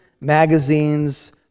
magazines